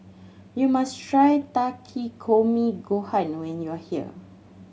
you must try Takikomi Gohan when you are here